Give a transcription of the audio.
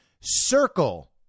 circle